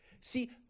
See